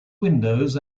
windows